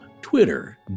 Twitter